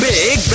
Big